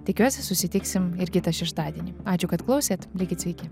tikiuosi susitiksim ir kitą šeštadienį ačiū kad klausėt likit sveiki